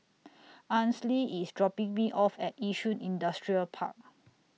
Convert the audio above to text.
Ansley IS dropping Me off At Yishun Industrial Park